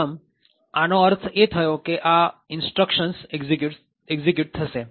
આમ આ નો અર્થ એ થયો કે આ Instructions એક્ઝીક્યુટ થશે